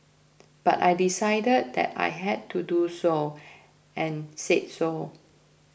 but I decided that I had to do so and said so